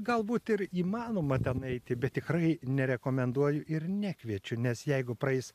galbūt ir įmanoma ten eiti bet tikrai nerekomenduoju ir nekviečiu nes jeigu praeis